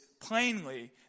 plainly